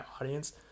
audience